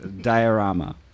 Diorama